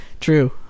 True